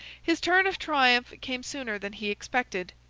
his turn of triumph came sooner than he expected.